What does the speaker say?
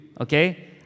okay